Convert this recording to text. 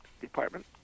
department